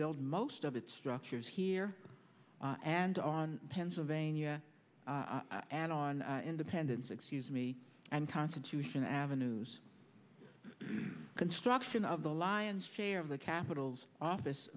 build most of its structures here and on pennsylvania and on independence excuse me and constitution avenues construction of the lion's share of the capital's office